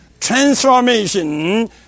Transformation